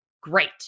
Great